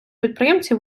підприємці